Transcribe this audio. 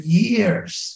years